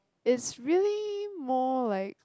it's really more like